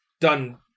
done